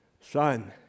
son